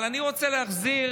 אבל אני רוצה להחזיר